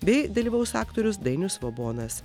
bei dalyvaus aktorius dainius svobonas